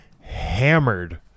hammered